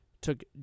took